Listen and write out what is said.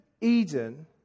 Eden